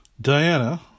Diana